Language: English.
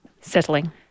Settling